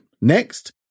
next